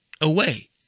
away